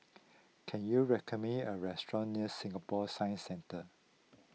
can you recommend me a restaurant near Singapore Science Centre